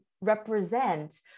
represent